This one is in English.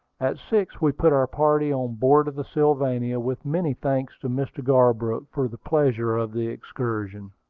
at six we put our party on board of the sylvania, with many thanks to mr. garbrook for the pleasure of the excursion.